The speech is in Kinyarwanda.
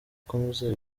akomeza